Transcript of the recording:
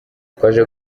twaje